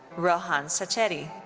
rohan sacheti.